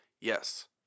Yes